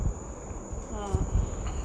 mm